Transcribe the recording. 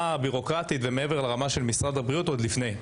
הביורוקרטית ומעבר לרמה של משרד הבריאות עוד לפני.